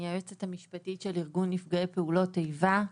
היועצת המשפטית של ארגון נפגעי פעולות איבה.